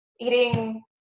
eating